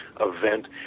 event